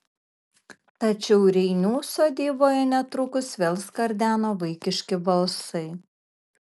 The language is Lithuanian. tačiau reinių sodyboje netrukus vėl skardeno vaikiški balsai